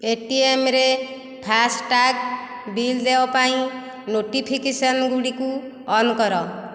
ଏ TM ରେ FASTag bill ଦେୟ ପାଇଁ ନୋଟିଫିକେସନ୍ ଗୁଡ଼ିକୁ ଅନ୍ କର